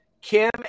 Kim